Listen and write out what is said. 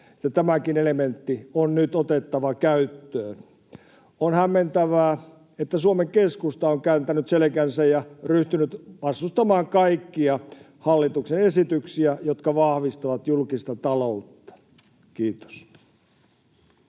tämäkin elementti on nyt otettava käyttöön. On hämmentävää, että Suomen Keskusta on kääntänyt selkänsä ja ryhtynyt vastustamaan kaikkia hallituksen esityksiä, jotka vahvistavat julkista taloutta. — Kiitos.